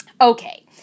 Okay